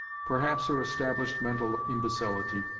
perhaps her established mental imbecility,